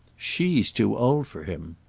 she's too old for him.